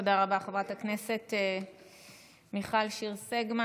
תודה רבה, חברת הכנסת מיכל שיר סגמן.